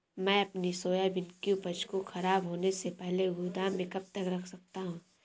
मैं अपनी सोयाबीन की उपज को ख़राब होने से पहले गोदाम में कब तक रख सकता हूँ?